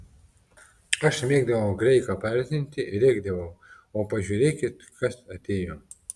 aš mėgdavau graiką paerzinti rėkdavau o pažiūrėkit kas atėjo